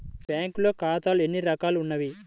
బ్యాంక్లో ఖాతాలు ఎన్ని రకాలు ఉన్నావి?